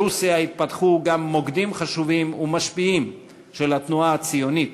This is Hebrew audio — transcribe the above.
ברוסיה התפתחו גם מוקדים חשובים ומשפיעים של התנועה הציונית,